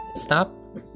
Stop